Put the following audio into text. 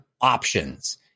options